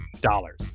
dollars